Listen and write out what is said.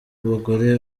abagore